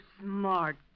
smart